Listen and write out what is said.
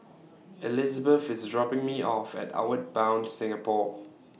Elizebeth IS dropping Me off At Outward Bound Singapore